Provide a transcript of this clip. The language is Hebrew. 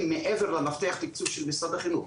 מעבר למפתח התקצוב של משרד החינוך,